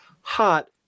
hot